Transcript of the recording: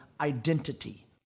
identity